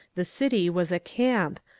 the city was a camp,